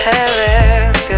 Paris